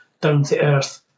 down-to-earth